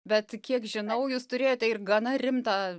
bet kiek žinau jūs turėjote ir gana rimtą